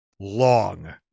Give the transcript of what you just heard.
long